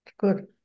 Good